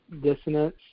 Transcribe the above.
Dissonance